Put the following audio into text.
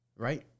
Right